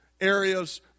areas